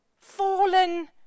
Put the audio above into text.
fallen